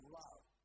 love